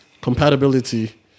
compatibility